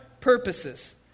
purposes